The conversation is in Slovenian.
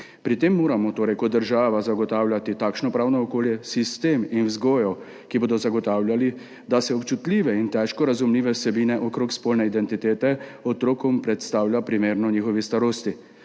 Pri tem moramo torej kot država zagotavljati takšno pravno okolje, sistem in vzgojo, ki bodo zagotavljali, da se občutljive in težko razumljive vsebine okrog spolne identitete otrokom predstavlja primerno njihovi starosti.